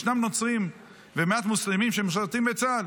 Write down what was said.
ישנם נוצרים ומעט מוסלמים שמשרתים בצה"ל.